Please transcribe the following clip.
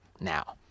now